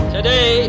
Today